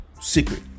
secret